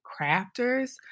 crafters